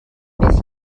bydd